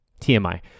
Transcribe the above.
TMI